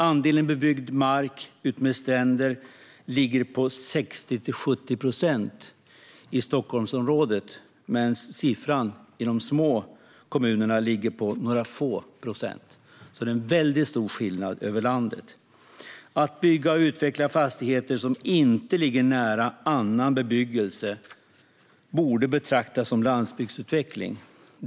Andelen bebyggd mark utmed stränder ligger på 60-70 procent i Stockholmsområdet, medan andelen i de små kommunerna ligger på några få procent. Det är alltså mycket stora skillnader i landet. Att bygga och utveckla fastigheter som inte ligger nära annan bebyggelse borde betraktas som landsbygdsutveckling.